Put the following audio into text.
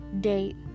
date